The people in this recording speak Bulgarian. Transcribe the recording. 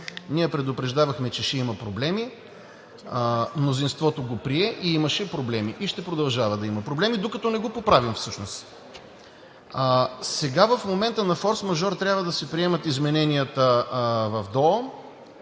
Ние предупреждавахме, че ще има проблеми – мнозинството го прие, и имаше проблеми, и ще продължава да има проблеми, докато не го поправим всъщност. Сега в момента на форсмажор трябва да се приемат измененията в ДОО.